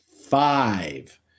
Five